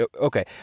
Okay